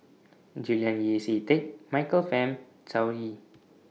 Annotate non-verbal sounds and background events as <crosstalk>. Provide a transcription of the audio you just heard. Julian Yeo See Teck Michael Fam <unintelligible>